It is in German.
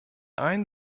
einen